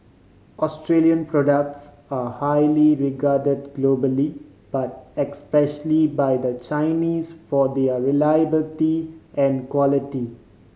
Australian products are highly regard globally but especially by the Chinese for their reliability and quality